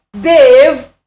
Dave